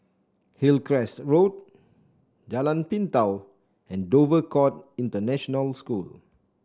Hillcrest Road Jalan Pintau and Dover Court International School